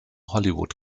hollywood